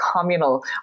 communal